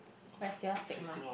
what's your stigma